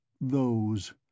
those